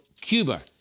Cuba